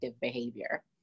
behavior